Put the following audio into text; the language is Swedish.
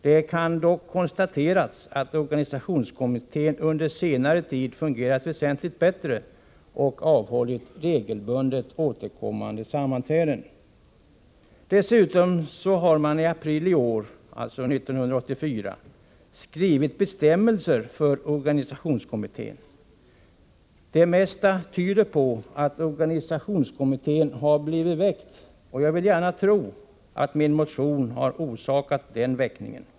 Det kan dock konstateras att organisationskommittén under senare tid fungerat väsentligt bättre och avhållit regelbundet återkommande sammanträden.” Dessutom har man i april 1984 skrivit bestämmelser för organisationskommittén. Det mesta tyder på att organisationskommittén har blivit ”väckt”, och jag vill gärna tro att min motion har orsakat den väckningen.